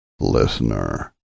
Listener